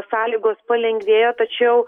sąlygos palengvėjo tačiau